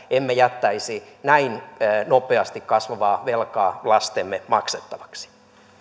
emme jättäisi näin nopeasti kasvavaa velkaa lastemme maksettavaksi